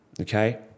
Okay